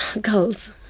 Girls